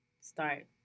start